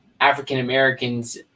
African-Americans